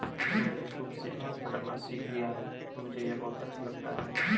मैंने सूप से अनाज फटकना सीख लिया है मुझे यह बहुत अच्छा लगता है